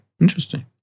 Interesting